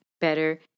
better